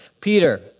Peter